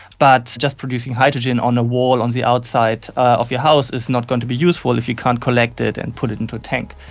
but just producing hydrogen on a wall on the outside of your house is not going to be useful if you can't collect it and put it into a tank.